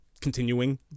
continuing